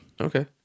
Okay